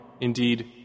Indeed